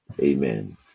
Amen